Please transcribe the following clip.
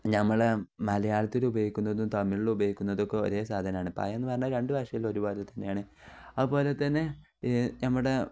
നമ്മളെ മലയാളത്തിൽ ഉപയോഗിക്കുന്നതും തമിഴിൽ ഉപയോഗിക്കുന്നതൊക്കെ ഒരേ സാധനമാണ് പായന്ന് പറഞ്ഞാൽ രണ്ടു ഭാഷയിലും ഒരുപോലെ തന്നെയാണ് അതുപോലെ തന്നെ നമ്മുടെ